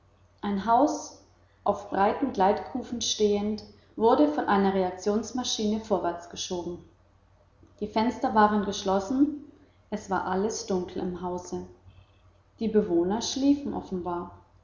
ein haus auf breiten gleitkufen stehend wurde von einer reaktionsmaschine vorwärtsgeschoben die fenster waren geschlossen es war alles dunkel im hause die bewohner schliefen offenbar